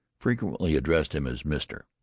frequently addressed him as mr.